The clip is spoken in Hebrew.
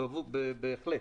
בהחלט.